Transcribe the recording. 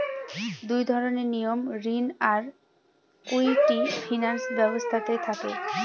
দুই ধরনের নিয়ম ঋণ আর ইকুইটি ফিনান্স ব্যবস্থাতে থাকে